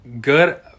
good